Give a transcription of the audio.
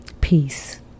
Peace